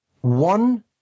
One